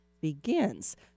begins